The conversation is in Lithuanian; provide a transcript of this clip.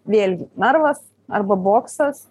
vėlgi narvas arba boksas